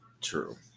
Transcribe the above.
True